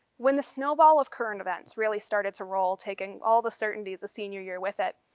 when the snowball of current events really started to roll taking all the certainties of senior year with it,